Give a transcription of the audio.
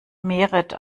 merit